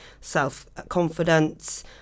self-confidence